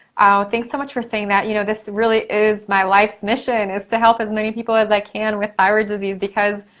oh, thanks so much for saying that. you know, this really is my life's mission, is to help as many people as i can with thyroid disease because,